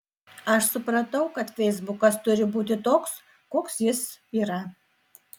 aš supratau kad feisbukas turi būti toks koks jis yra